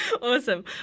Awesome